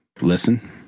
listen